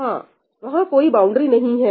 हां वहां कोई बाउंड्री नहीं है